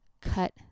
cut